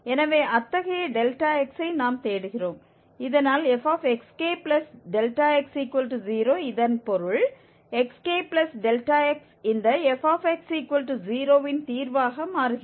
எனவே அத்தகைய Δxஐ நாம் தேடுகிறோம் இதனால் fxk∆x0 இதன் பொருள் xk∆x இந்த fx0 இன் தீர்வாக மாறுகிறது